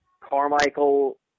Carmichael